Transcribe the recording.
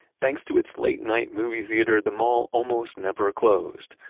thanks to its late-night movie theater, the mall almost never closed,